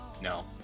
No